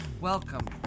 Welcome